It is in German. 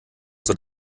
dort